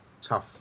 tough